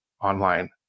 online